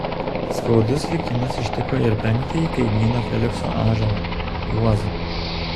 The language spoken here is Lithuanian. skaudus likimas ištiko ir penktąjį kaimyno felikso ąžuolą juozą